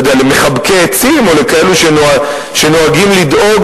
למחבקי עצים או לכאלו שנוהגים לדאוג